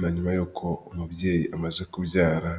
na nyuma y'uko umubyeyi amaze kubyara.